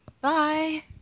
Bye